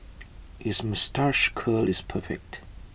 his moustache curl is perfect